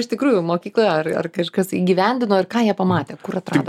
iš tikrųjų mokykla ar ar kažkas įgyvendino ir ką jie pamatė kur atrado